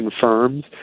firms